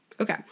Okay